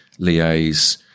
liaise